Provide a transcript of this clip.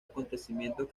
acontecimientos